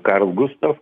karl gustov